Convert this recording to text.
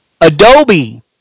Adobe